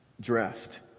dressed